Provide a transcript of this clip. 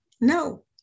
No